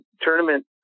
tournament